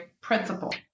principle